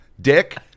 Dick